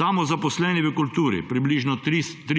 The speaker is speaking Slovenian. Samozaposleni v kulturi – približno 3